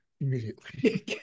immediately